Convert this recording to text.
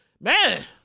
man